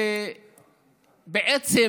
ובעצם